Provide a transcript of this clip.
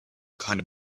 kinda